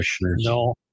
No